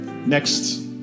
Next